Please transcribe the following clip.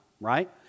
right